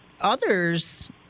others